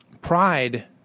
pride